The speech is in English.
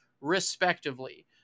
respectively